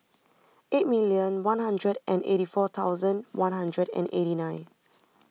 eight million one hundred and eighty four thousand one hundred and eighty nine